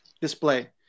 display